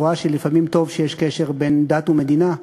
את רואה שלפעמים טוב שיש קשר בין דת ומדינה?